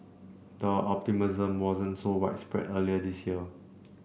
the optimism wasn't so widespread earlier this year